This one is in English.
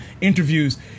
interviews